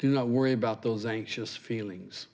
do not worry about those anxious feelings